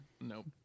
Nope